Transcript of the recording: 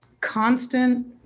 constant